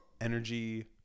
energy